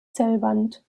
zellwand